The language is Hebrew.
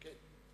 כן.